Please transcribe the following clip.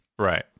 Right